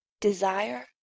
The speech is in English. Desire